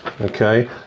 Okay